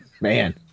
Man